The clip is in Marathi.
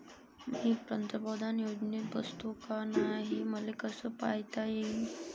मी पंतप्रधान योजनेत बसतो का नाय, हे मले कस पायता येईन?